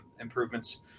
improvements